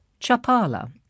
chapala